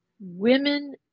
women